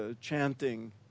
chanting